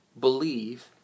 believe